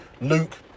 Luke